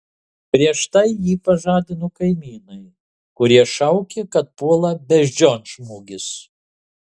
prieš tai jį pažadino kaimynai kurie šaukė kad puola beždžionžmogis